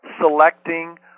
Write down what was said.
selecting